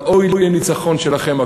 אבל אוי לניצחון שלכם,